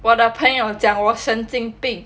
我的朋友讲我神经病